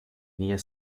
near